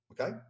okay